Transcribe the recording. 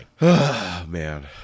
man